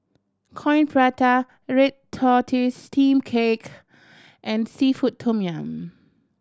Coin Prata red tortoise steamed cake and seafood tom yum